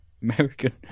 American